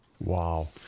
Wow